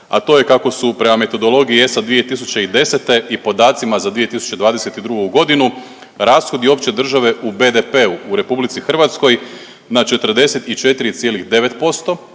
a to je kako su prema metodologiji ESA 2010. i podacima za 2022. godinu rashodi opće države u BDP-u u RH na 44,9%,